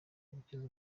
gukiza